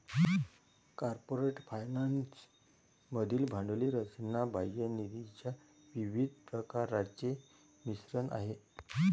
corporate finance मधील भांडवली रचना बाह्य निधीच्या विविध प्रकारांचे मिश्रण आहे